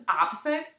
opposite